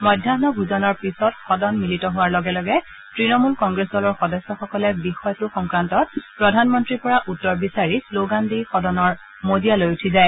মধ্যাহ্ ভোজনৰ পিছত সদন মিলিত হোৱাৰ লগে লগে তৃণমূল কংগ্ৰেছ দলৰ সদস্যসকলে বিষয়টো সংক্ৰান্তত প্ৰধানমন্তীৰ পৰা উত্তৰ বিচাৰি শ্লোগান দি সদনৰ মজিয়ালৈ উঠি যায়